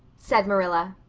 said marilla.